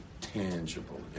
tangible